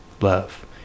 love